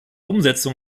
umsetzung